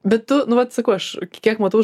bet tu nu vat sakau aš kiek matau